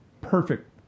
perfect